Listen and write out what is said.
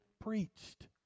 preached